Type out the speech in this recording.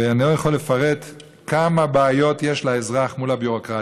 ואני לא יכול לפרט כמה בעיות יש לאזרח מול הביורוקרטיה.